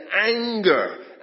anger